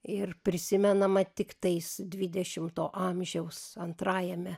ir prisimenama tiktais dvidešimto amžiaus antrajame